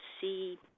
see